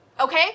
okay